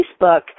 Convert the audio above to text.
Facebook